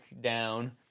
down